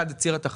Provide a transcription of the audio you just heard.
אחד, ציר התחרות,